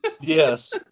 yes